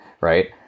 Right